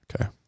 Okay